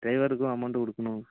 டிரைவருக்கும் amount கொடுக்குணும்